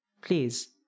please